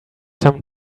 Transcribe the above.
some